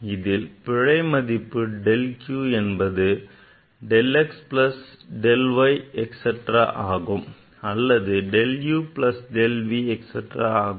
இதில் பிழை மதிப்பு delta q என்பது del x plus del y etcetera அல்லது del u plus del v etcetera ஆகும்